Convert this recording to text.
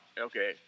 okay